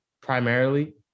primarily